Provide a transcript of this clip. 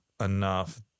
enough